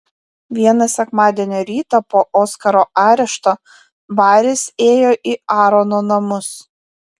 vieną sekmadienio rytą po oskaro arešto baris ėjo į aarono namus